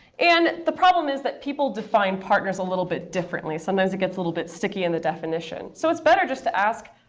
and the problem is that people define partners a little bit differently. sometimes it gets a little bit sticky in the definition. so it's better just to ask,